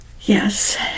Yes